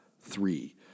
Three